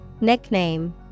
Nickname